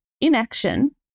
Inaction